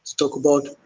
talk about.